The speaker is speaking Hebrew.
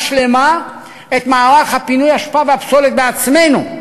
שלמה את מערך פינוי האשפה והפסולת בעצמנו,